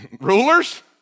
rulers